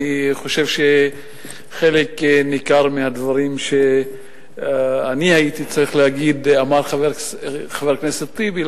אני חושב שחלק ניכר מהדברים שאני הייתי צריך להגיד אמר חבר הכנסת טיבי.